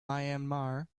myanmar